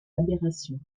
aberrations